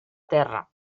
terra